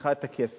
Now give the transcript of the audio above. שצריכה את הכסף,